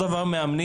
אותו דבר מאמנים.